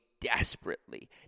desperately